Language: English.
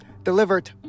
delivered